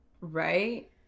right